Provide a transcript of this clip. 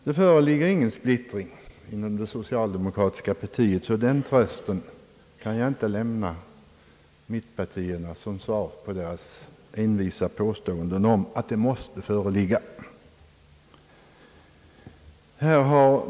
Det föreligger ingen splittring inom det socialdemokratiska partiet, och jag kan därför inte lämna mittenpartierna den trösten som svar på deras envisa påståenden om att det måste föreligga en splittring.